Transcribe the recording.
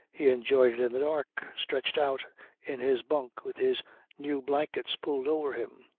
he enjoyed it in the dark, stretched out in his bunk with his new blankets pulled over him.